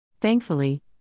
Thankfully